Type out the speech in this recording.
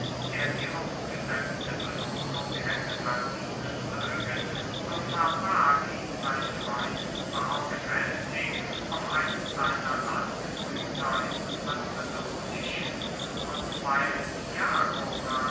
der die ausgesetzte belohnung hätte verdienen mögen so verbarg ihn sein freund sorgfältig auf einem seiner landgüter im macedonischen und weil